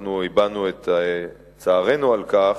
ואנחנו הבענו את צערנו על כך,